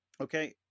Okay